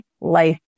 life